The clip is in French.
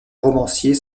romancier